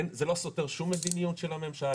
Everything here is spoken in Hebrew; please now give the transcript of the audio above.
זה לא סותר שום מדיניות של הממשלה,